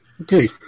Okay